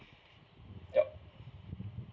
yup